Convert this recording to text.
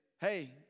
hey